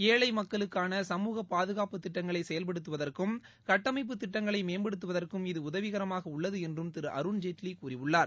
ஏழை மக்களுக்கான சமூக பாதுகாப்பு திட்டங்களை செயல்படுத்துவதற்கும் கட்டமைப்பு திட்டங்களை மேம்படுத்துவதற்கும் இது உதவிகரமாக உள்ளது என்றும் திரு அருண்ஜேட்வி கூறியுள்ளார்